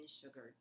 sugar